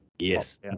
Yes